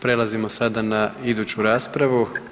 Prelazimo sada na iduću raspravu.